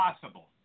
possible